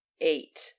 eight